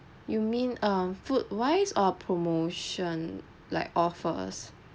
you mean um food wise or promotion like offers